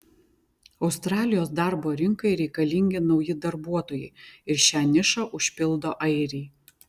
australijos darbo rinkai reikalingi nauji darbuotojai ir šią nišą užpildo airiai